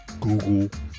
google